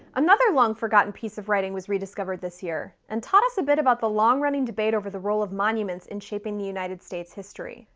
another long-forgotten piece of writing was rediscovered this year, and taught us a bit about the long running debate over the role of monuments in shaping the united states' story.